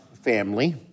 family